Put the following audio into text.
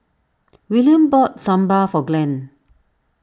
Willaim bought Sambar for Glenn